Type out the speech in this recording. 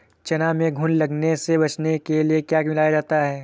चना में घुन लगने से बचाने के लिए क्या मिलाया जाता है?